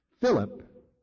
Philip